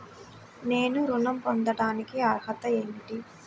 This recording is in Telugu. నేను ఋణం పొందటానికి అర్హత ఏమిటి?